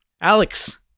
alex